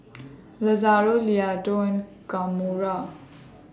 Lazaro Leota and Kamora